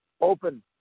open